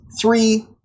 three